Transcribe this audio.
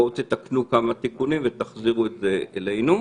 בואו ותתקנו כמה תיקונים ותחזירו את זה אלינו.